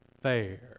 fair